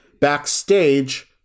Backstage